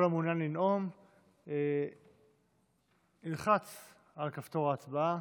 כל המעוניין לנאום ילחץ על כפתור ההצבעה.